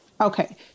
Okay